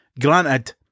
granted